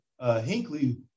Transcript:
Hinkley